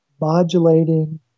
modulating